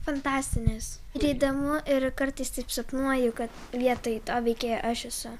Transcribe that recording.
fantastinės ir idomu ir kartais taip sapnuoju kad vietoj to veikėjo aš esu